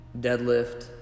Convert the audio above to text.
deadlift